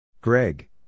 Greg